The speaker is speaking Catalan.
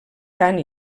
cant